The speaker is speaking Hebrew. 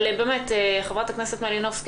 חברת הכנסת מלינובסקי,